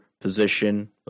position